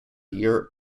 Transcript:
year